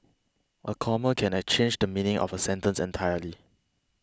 a comma can I change the meaning of a sentence entirely